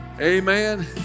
Amen